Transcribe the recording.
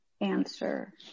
answer